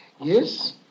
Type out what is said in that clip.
Yes